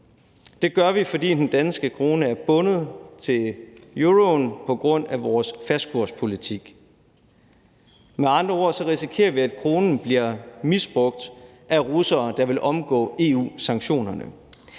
Det gør vi, fordi den danske krone er bundet til euroen på grund af vores fastkurspolitik. Vi risikerer med andre ord, at kronen bliver misbrugt af russere, der vil omgå EU-sanktionerne.